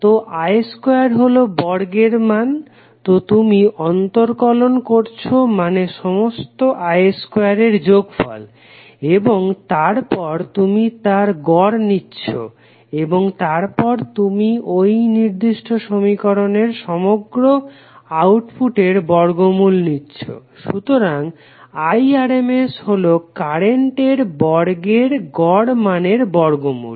তো i2 হলো বর্গের মান তো তুমি অন্তরকলন করছো মানে সমস্ত i2 এর যোগফল এবং তারপর তুমি তার গড় নিচ্ছো এবং তারপর তুমি ওই নির্দিষ্ট সমীকরণের সমগ্র আউটপুটের বর্গমূল নিচ্ছো সুতরাং Irms হলো কারেন্টের বর্গের গড় মানের বর্গমূল